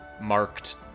marked